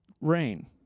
rain